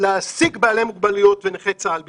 להעסיק בעלי מוגבלויות ונכי צה"ל בפרט.